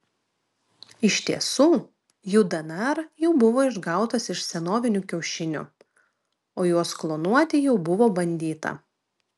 iš tiesų jų dnr jau buvo išgautas iš senovinių kiaušinių o juos klonuoti jau buvo bandyta